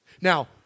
Now